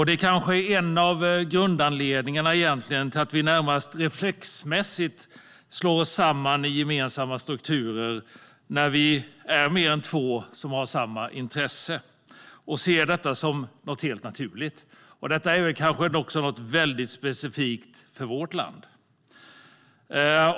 Det är kanske en av grundanledningarna till att vi närmast reflexmässigt slår oss samman i gemensamma strukturer när vi är mer än två som har samma intresse och att vi ser detta som något helt naturligt. Det är kanske något specifikt för vårt land.